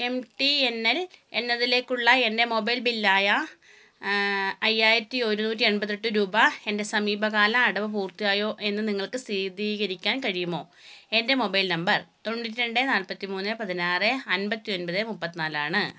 M T N L എന്നതിലേക്കുള്ള എൻ്റെ mobile ബില്ലായ അയ്യായിരത്തി ഒരുന്നൂറ്റി അൻപത്തെട്ട് രൂപ എൻ്റെ സമീപകാല അടവ് പൂർത്തിയായോ എന്ന് നിങ്ങൾക്ക് സ്ഥിതീകരിക്കാൻ കഴിയുമോ എൻ്റെ മൊബൈൽ നമ്പർ തൊണ്ണൂറ്റി രണ്ട് നാൽപത്തി മൂന്ന് പതിനാറ് അൻപത്തി ഒൻപത് മുപ്പത്തി നാല് ആണ്